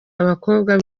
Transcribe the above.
abakobwa